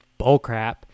bullcrap